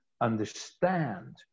understand